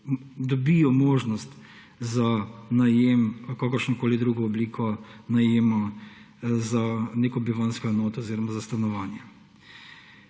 dobijo možnost za najem ali kakršnokoli drugo obliko najema za neko bivanjsko enoto oziroma za stanovanje.